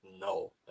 No